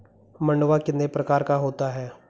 मंडुआ कितने प्रकार का होता है?